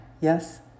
yes